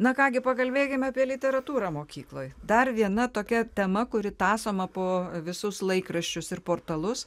na ką gi pakalbėkime apie literatūrą mokykloj dar viena tokia tema kuri tąsoma po visus laikraščius ir portalus